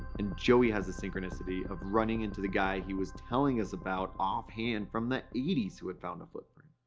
and joey has a synchronicity of running into the guy he was telling us about off-hand from the eighty s who had found a footprint.